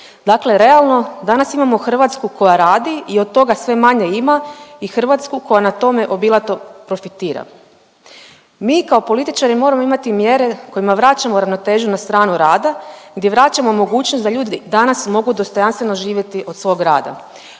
Dakle realno, danas imamo Hrvatsku koja radi i od toga sve manje ima i Hrvatsku koja na tome obilato profitira. Mi kao političari moramo imati mjere kojima vraćamo ravnotežu na stranu rada, gdje vraćamo mogućnost da ljudi danas mogu dostojanstveno živjeti od svog rada